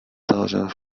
thousand